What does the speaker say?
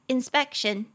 Inspection